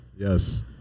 Yes